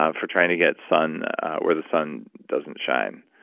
ah for trying to get sun where the sun doesn't shine.